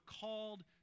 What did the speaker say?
called